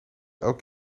elk